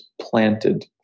planted